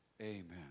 Amen